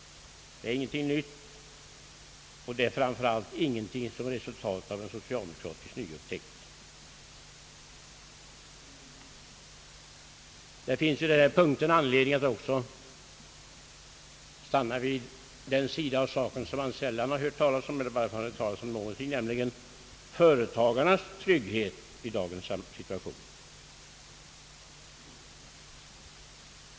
Det är ingenting nytt, och det är framför allt inte en socialdemokratisk nyupptäckt. Det finns i denna punkt anledning att också stanna vid den sida av saken som man sällan om ens någonsin hört talas om i debatten, nämligen företagarnas trygghet i dagens situation.